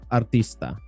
artista